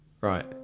right